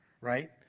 right